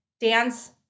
Dance